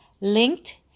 linked